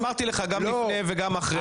אמרתי לך גם לפני וגם אחרי.